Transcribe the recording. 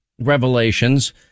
revelations